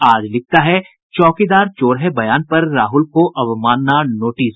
आज लिखता है चौकीदार चोर है बयान पर राहुल को अवमानना नोटिस